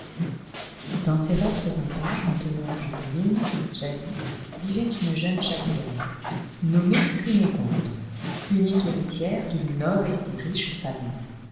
dans ces vastes remparts maintenant en ruine jadis vivait une jeune châtelaine nommée cunégonde unique héritière d'une noble et riche famille